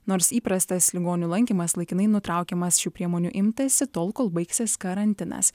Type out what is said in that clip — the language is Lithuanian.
nors įprastas ligonių lankymas laikinai nutraukiamas šių priemonių imtasi tol kol baigsis karantinas